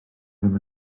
ddim